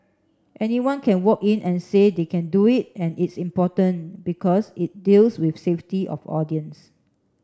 anyone can walk in and say they can do it and it's important because it deals with safety of audience